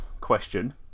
question